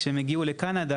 כשהם הגיעו לקנדה,